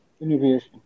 innovation